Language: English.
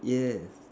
yes